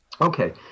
Okay